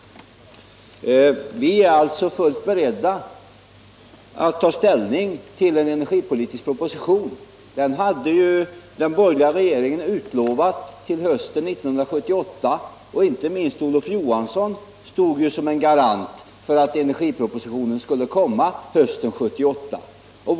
Vi är fullt beredda att ta ställning till en energipolitisk proposition. Den borgerliga regeringen hade ju utlovat en sådan till hösten 1978, och inte minst Olof Johansson stod som garant för att den skulle läggas fram då.